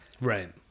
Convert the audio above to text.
Right